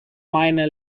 minor